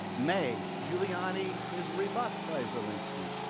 may, giuliani is rebuffed by zelensky.